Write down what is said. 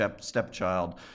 stepchild